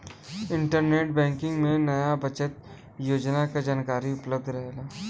internet banking में नया बचत योजना क जानकारी उपलब्ध रहेला